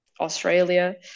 Australia